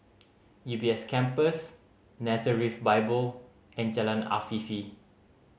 U B S Campus Nazareth Bible and Jalan Afifi